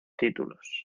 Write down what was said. títulos